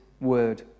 word